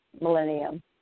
millennium